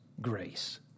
grace